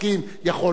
יכול לא לכבד,